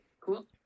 Cool